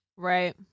Right